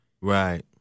Right